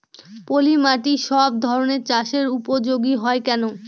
পলিমাটি সব ধরনের চাষের উপযোগী হয় কেন?